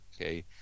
Okay